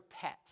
pet